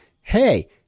hey